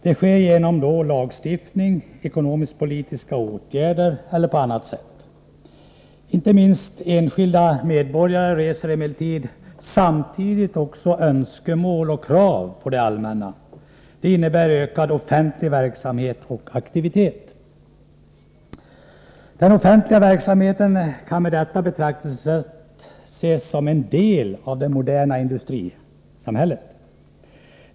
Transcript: Det sker genom lagstiftning, ekonomisk-politiska åtgärder eller på annat sätt. Inte minst enskilda medborgare framställer emellertid samtidigt önskemål och reser krav på det allmänna, som innebär ökad offentlig verksamhet och aktivitet. Den offentliga verksamheten kan med detta betraktelsesätt ses som en del av det moderna industrisamhället.